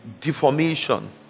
deformation